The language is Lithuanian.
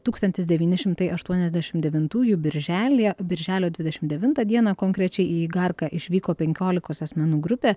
tūkstantis devyni šimtai aštuoniasdešim devintųjų birželyje birželio dvidešimt devintą dieną konkrečiai į igarką išvyko penkiolikos asmenų grupė